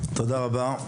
תודה רבה.